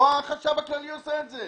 לא החשב הכללי עושה את זה?